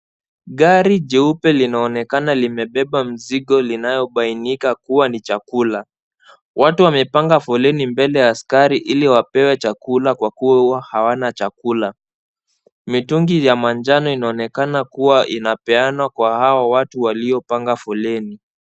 Gari jeupe linaonekana limebeba mzigo linayobainika kuwa ni chakula . Watu wamepanga foleni mbele ya askari ili wapewe chakula kwa kuwa hawana chakula. Mitungi ya manjano inaonekana kuwa inapeanwa kwa hawa watu waliopanga foleni.